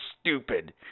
stupid